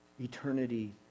Eternity